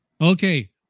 Okay